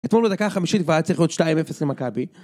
אתמול בדקה החמישית והיה צריך להיות 2-0 למכבי